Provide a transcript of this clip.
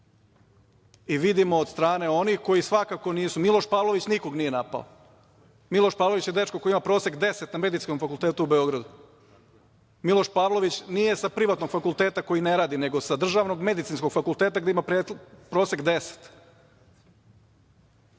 i vidimo od strane onih koji svakako nisu. Miloš Pavlović nikoga nije napao. Miloš Pavlović je dečko koji ima prosek 10 na Medicinskom fakultetu u Beogradu. Miloš Pavlović nije sa privatnog fakulteta koji ne radi, nego sa državnog Medicinskog fakulteta, gde ima prosek 10.